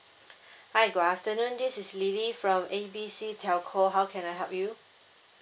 hi good afternoon this is lily from A B C telco how can I help you